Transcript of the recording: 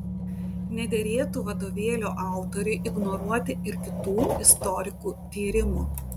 nederėtų vadovėlio autoriui ignoruoti ir kitų istorikų tyrimų